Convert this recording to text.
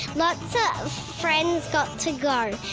lots of friends got to go.